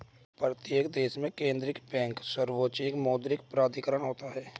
प्रत्येक देश में केंद्रीय बैंक सर्वोच्च मौद्रिक प्राधिकरण होता है